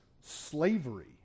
slavery